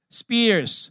spears